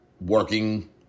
working